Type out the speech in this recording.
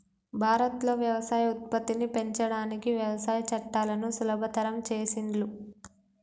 భారత్ లో వ్యవసాయ ఉత్పత్తిని పెంచడానికి వ్యవసాయ చట్టాలను సులభతరం చేసిండ్లు